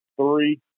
three